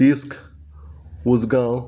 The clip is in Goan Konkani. तिस्क उजगांव